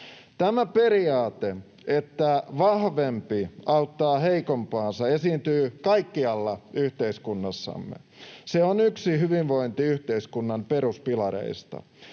Tämä periaate, että vahvempi auttaa heikompaansa, esiintyy kaikkialla yhteiskunnassamme. Se on yksi hyvinvointiyhteiskunnan peruspilareista.